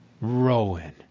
Rowan